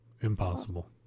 impossible